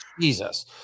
Jesus